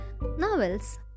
novels